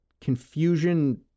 confusion